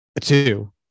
two